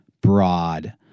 broad